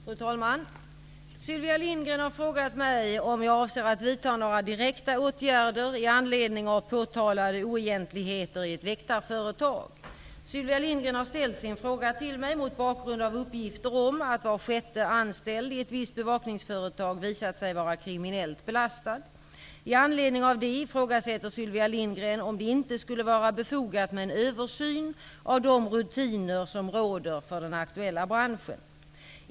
Fru talman! Sylvia Lindgren har frågat mig om jag avser att vidta några direkta åtgärder i anledning av påtalade oegentligheter i ett väktarföretag. Sylvia Lindgren har ställt sin fråga till mig mot bakgrund av uppgifter om att var sjätte anställd i ett visst bevakningsföretag visat sig vara kriminellt belastad. I anledning av det ifrågasätter Sylvia Lindgren om det inte skulle vara befogat med en översyn av de rutiner som råder för den aktuella branschen.